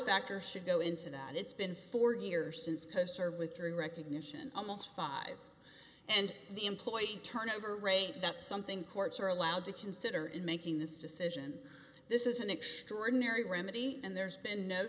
factors should go into that it's been four years since has served with true recognition almost five and the employee turnover rate that something courts are allowed to consider in making this decision this is an extraordinary remedy and there's been no